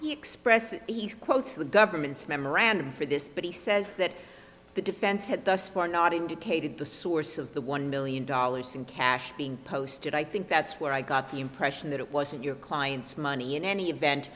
shorter express he quotes the government's memorandum for this but he says that the defense had thus far not indicated the source of the one million dollars in cash being posted i think that's where i got the impression that it wasn't your client's money in any event